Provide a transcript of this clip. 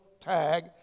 tag